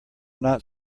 not